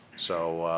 so,